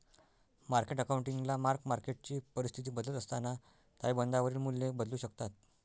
market अकाउंटिंगला mark मार्केटची परिस्थिती बदलत असताना ताळेबंदावरील मूल्ये बदलू शकतात